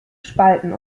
spalten